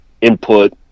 input